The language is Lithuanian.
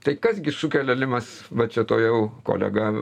tai kas gi sukelia limas va čia tuojau kolega